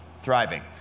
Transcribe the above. thriving